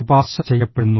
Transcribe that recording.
ശുപാർശ ചെയ്യപ്പെടുന്നു